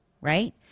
right